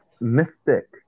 mystic